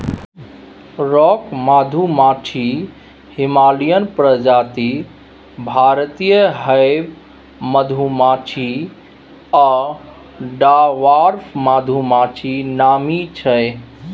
rock मधुमाछी, Himalayan प्रजाति, भारतीय हाइब मधुमाछी आ डवार्फ मधुमाछी नामी छै